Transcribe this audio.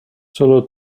solo